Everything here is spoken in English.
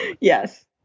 yes